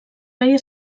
feia